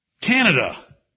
Canada